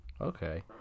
Okay